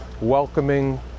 welcoming